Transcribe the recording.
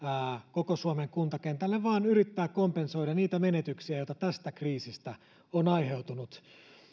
koko suomen kuntakentälle vaan yrittää kompensoida niitä menetyksiä joita tästä kriisistä on aiheutunut